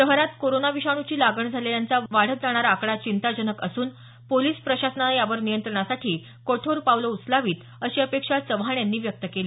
शहरात कोरोना विषाणूची लागण झालेल्यांचा वाढत जाणारा आकडा चिंताजनक असून पोलिस प्रशासनानं यावर नियंत्रणासाठी कठोर पावलं उचलावीत अशी अपेक्षा आमदार चव्हाण यांनी व्यक्त केली